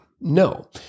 No